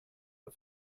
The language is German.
auf